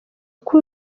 uko